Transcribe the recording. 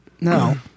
No